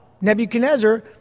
Nebuchadnezzar